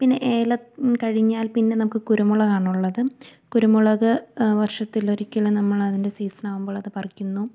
പിന്നെ ഏലം കഴിഞ്ഞാൽ പിന്നെ നമുക്ക് കുരുമുളകാണുള്ളതും കുരുമുളക് വർഷത്തിലൊരിക്കലും നമ്മളതിൻ്റെ സീസണാകുമ്പോളത് പറിക്കുന്നു